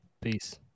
Peace